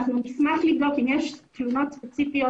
אנחנו נשמח לבדוק אם יש תלונות ספציפיות